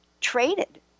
traded